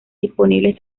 disponibles